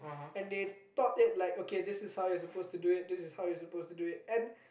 and they taught it like okay this is how you suppose to do it this is how you suppose to do it and